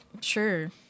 Sure